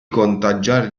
contagiare